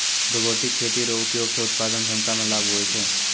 robotic खेती रो उपयोग से उत्पादन क्षमता मे लाभ हुवै छै